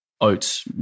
oats